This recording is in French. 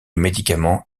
médicament